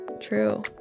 True